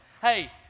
Hey